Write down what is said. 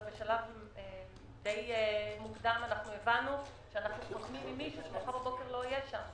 אבל בשלב די מוקדם הבנו שאנחנו מדברים עם מישהו שמחר בבוקר לא יהיה שם.